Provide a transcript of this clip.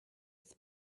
with